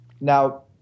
now